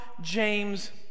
James